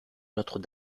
notre